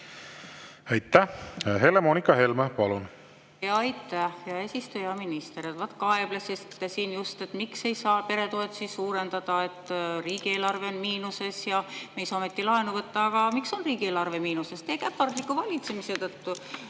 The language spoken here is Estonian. Aitäh! Helle-Moonika Helme, palun! Aitäh, hea eesistuja! Hea minister! Vaat kaeblesite siin just, miks ei saa peretoetusi suurendada, et riigieelarve on miinuses ja me ei saa ometi laenu võtta. Aga miks on riigieelarve miinuses? Teie käpardliku valitsemise tõttu.